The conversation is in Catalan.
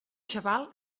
xaval